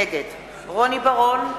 נגד רוני בר-און,